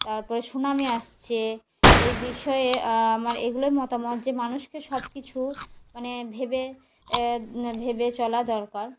তার পরে সুনামি আসছে এই বিষয়ে আমার এগুলোই মতামত যে মানুষকে সব কিছু মানে ভেবে ভেবে চলা দরকার